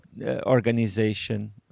organization